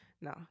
no